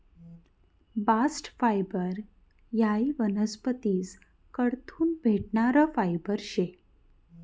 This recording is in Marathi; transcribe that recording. बास्ट फायबर हायी वनस्पतीस कडथून भेटणारं फायबर शे